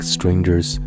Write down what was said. Strangers